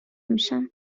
میشم